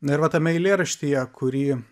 na ir va tame eilėraštyje kurį